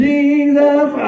Jesus